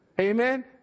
Amen